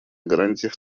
гарантиях